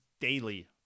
daily